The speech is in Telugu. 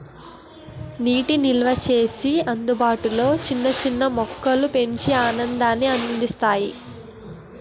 నీటి నిల్వచేసి అందులో చిన్న చిన్న మొక్కలు పెంచి ఆనందాన్ని అందిస్తారు